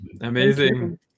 Amazing